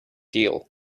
deal